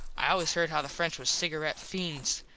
i always heard how the french was cigaret feends.